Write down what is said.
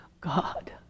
God